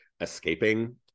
escaping